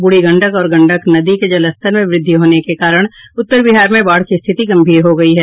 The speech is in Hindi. बूढ़ी गंडक और गंडक नदी के जलस्तर में वृद्धि होने के कारण उत्तर बिहार में बाढ़ की स्थिति गंभीर हो गयी है